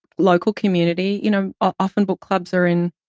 local community. you know, often book clubs are in,